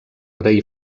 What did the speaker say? rei